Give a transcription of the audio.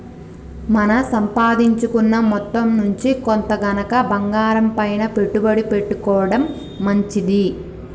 మన సంపాదించుకున్న మొత్తం నుంచి కొంత గనక బంగారంపైన పెట్టుబడి పెట్టుకోడం మంచిది